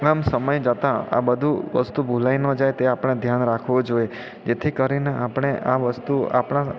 આમ સમય જતાં આ બધું વસ્તુ ભુલાય ન જાય તે આપણે ધ્યાન રાખવું જોઈએ જેથી કરીને આપણે આ વસ્તુ આપણા